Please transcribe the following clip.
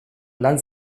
lan